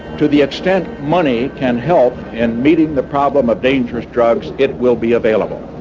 to the extent money can help in meeting the problem of dangerous drugs it will be available.